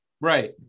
Right